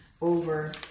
over